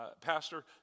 Pastor